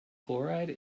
chloride